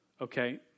Okay